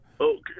Okay